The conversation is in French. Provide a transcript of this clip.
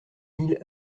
mille